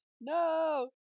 No